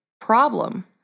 Problem